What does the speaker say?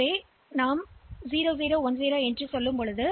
எனவே இது 0 0 1 0 என்று நான் கூறும்போது